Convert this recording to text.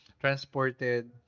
transported